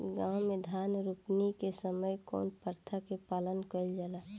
गाँव मे धान रोपनी के समय कउन प्रथा के पालन कइल जाला?